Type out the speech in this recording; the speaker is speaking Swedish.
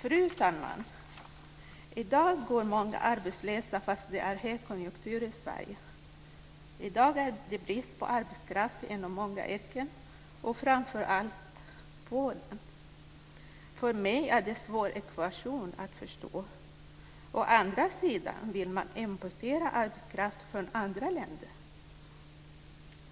Fru talman! I dag går många arbetslösa fast det är högkonjunktur i Sverige. I dag är det brist på arbetskraft inom många yrken, framför allt inom vården. För mig är det en svår ekvation att förstå. Samtidigt vill man importera arbetskraft från andra länder.